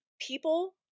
people